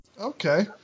Okay